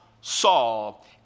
Saul